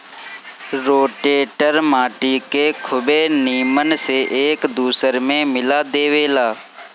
rotator माटी के खुबे नीमन से एक दूसर में मिला देवेला